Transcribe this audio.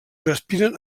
respiren